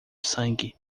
sangue